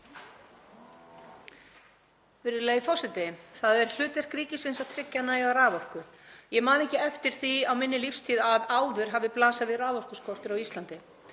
Virðulegi forseti. Það er hlutverk ríkisins að tryggja næga raforku. Ég man ekki eftir því á minni lífstíð að áður hafi blasað við raforkuskortur á Íslandi.